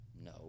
No